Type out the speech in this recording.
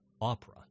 opera